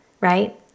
right